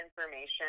information